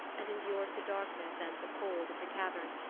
and endured the darkness and the cold of the cavern,